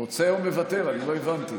אני לא הבנתי.